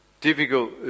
difficult